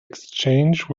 exchange